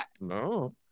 No